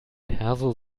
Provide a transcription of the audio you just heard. perso